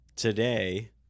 Today